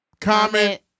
Comment